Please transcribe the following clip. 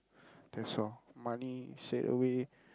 that's all money straightaway